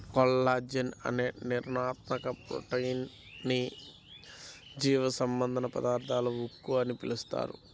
collagen అనే నిర్మాణాత్మక protein ని జీవసంబంధ పదార్థాల ఉక్కు అని పిలుస్తారు